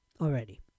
already